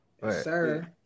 Sir